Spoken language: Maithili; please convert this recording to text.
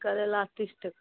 करैला तीस टके